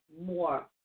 more